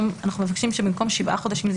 בתום' אנחנו מבקשים שבמקום שישה חודשים זה